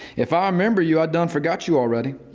if i remember you, i done forgot you already.